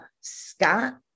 Scott